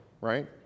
right